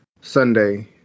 Sunday